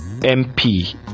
MP